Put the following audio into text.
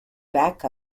back